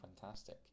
fantastic